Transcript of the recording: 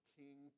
king